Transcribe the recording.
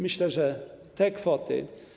Myślę, że te kwoty.